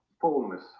fullness